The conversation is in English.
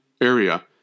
area